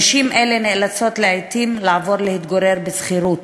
נשים אלה נאלצות לעתים לעבור להתגורר בשכירות,